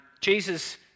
Jesus